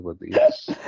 Yes